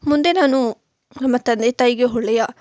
ಮುಂದೆ ನಾನು ನಮ್ಮ ತಂದೆ ತಾಯಿಗೆ ಒಳ್ಳೆಯ